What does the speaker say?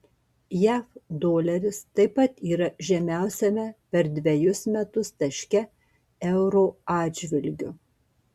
jav doleris taip pat yra žemiausiame per dvejus metus taške euro atžvilgiu